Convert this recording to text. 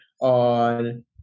on